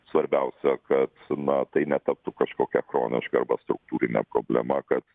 svarbiausia kad na tai netaptų kažkokia chroniška arba struktūrine problema kad